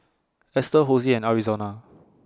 Esther Hosie and Arizona